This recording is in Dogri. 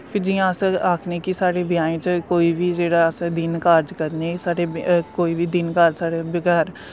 फिर जियां अस आखने कि साढ़े ब्याहें च कोई बी जेह्ड़ा अस दिन कारज करने साढ़े कोई बी दिन कारज हुंदे घर